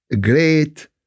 great